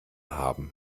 haben